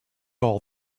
all